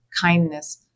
kindness